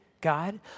God